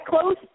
close